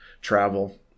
travel